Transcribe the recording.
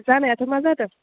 जानायाथ' मा जादो